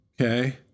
Okay